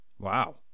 Wow